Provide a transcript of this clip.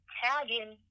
tagging